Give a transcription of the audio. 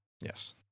Yes